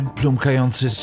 plumkający